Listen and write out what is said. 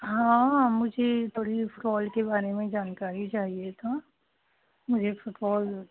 हाँ मुझे थोड़ी फ़ुटबॉल के बारे में जानकारी चाहिए था मुझे फ़ुटबॉल